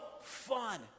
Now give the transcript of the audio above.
fun